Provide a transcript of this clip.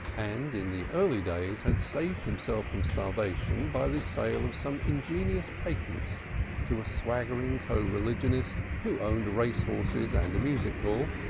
and in the early days had saved himself from starvation by the sale of some ingenious patents to a swaggering co-religionist who owned race-horses and a music-hall,